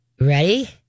Ready